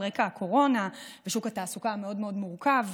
על רקע הקורונה ושוק התעסוקה המאוד-מאוד מורכב,